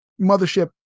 Mothership